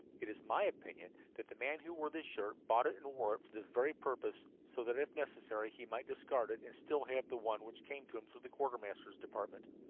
it is my opinion that the man who wore this shirt bought it and wore it for this very purpose, so that, if necessary, he might discard it and still have the one which came to him through the quartermaster's department.